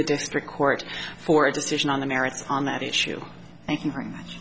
the district court for a decision on the merits on that issue thank you very much